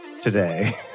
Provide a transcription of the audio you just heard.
today